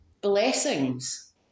blessings